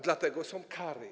Dlatego są kary.